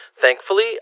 Thankfully